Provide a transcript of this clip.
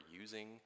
using